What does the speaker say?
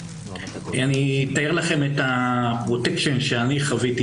אני אתאר לכם את הפרוטקשן שאני חוויתי,